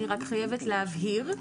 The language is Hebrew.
אני רק חייבת להבהיר.